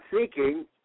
seeking